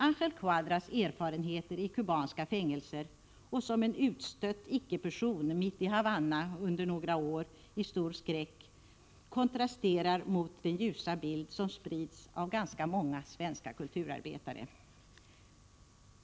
Augel Quadras erfarenheter av kubanska fängelser, och som utstött icke-person mitt i Havanna under några år — i stor skräck — kontrasterar mot den ljusa bild som sprids av ganska många svenska kulturarbetare.